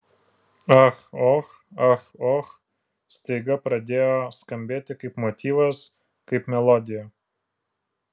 ach och ach och staiga pradėjo skambėti kaip motyvas kaip melodija